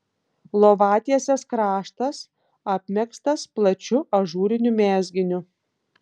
lovatiesės kraštas apmegztas plačiu ažūriniu mezginiu